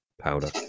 powder